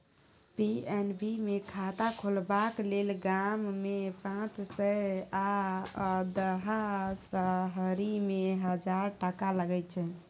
PNB मे खाता खोलबाक लेल गाममे पाँच सय आ अधहा शहरीमे हजार टका लगै छै